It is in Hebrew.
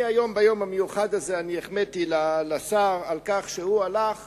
ביום המיוחד הזה החמאתי לשר על כך שהוא הלך